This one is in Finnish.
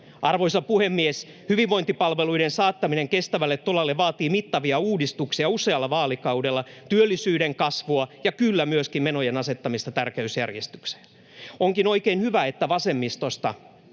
Arvoisa puhemies! Hyvinvointipalveluiden saattaminen kestävälle tolalle vaatii mittavia uudistuksia usealla vaalikaudella, työllisyyden kasvua ja, kyllä, myöskin menojen asettamista tärkeysjärjestykseen. Onkin oikein hyvä, että vasemmistosta